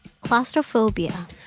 Claustrophobia